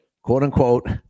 quote-unquote